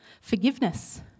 forgiveness